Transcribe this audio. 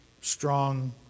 strong